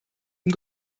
ihm